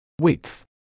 width